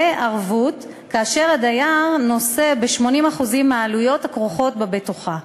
וערבות שהדייר נושא ב-80% מהעלויות הכרוכות בבטוחה.